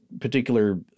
particular